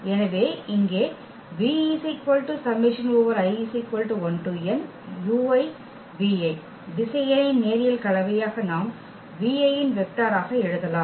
எனவே இங்கே திசையனின் நேரியல் கலவையாக நாம் இன் வெக்டர் ஆக எழுதலாம்